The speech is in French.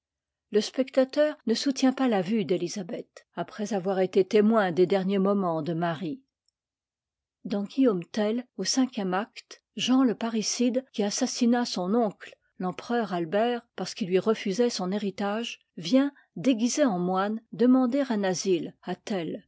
le spectateur ne soutient pas la vue d'élisabeth après avoir été témoin des derniers moments de marie dans guillaume tell au cinquième acte jean le parricide qui assassina son oncle l'empereur albert parce qu'il lui refusait son héritage vient déguisé en moine demander un asile à